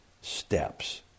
steps